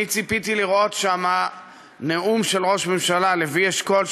אני ציפיתי לראות שם נאום של ראש הממשלה לוי אשכול,